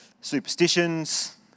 superstitions